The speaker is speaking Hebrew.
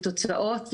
לתוצאות,